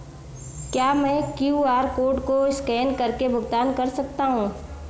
क्या मैं QR code को स्कैन करके भुगतान कर सकता हूं?